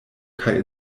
kaj